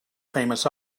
famous